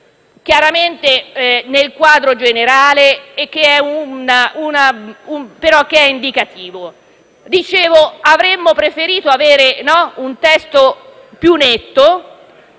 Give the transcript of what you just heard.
chiaramente nel quadro generale, che però è indicativa. Avremmo preferito avere un testo più netto